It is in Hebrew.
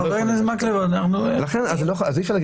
חבר הכנסת מקלב --- אז אי אפשר להגיד